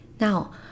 Now